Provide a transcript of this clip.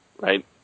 right